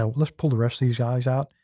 ah let's pull the rest of these guys out,